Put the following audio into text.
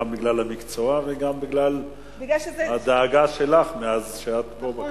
גם בגלל המקצוע וגם בגלל הדאגה שלך מאז שאת פה בכנסת.